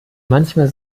manchmal